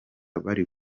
bari